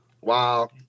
Wow